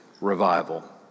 revival